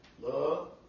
Love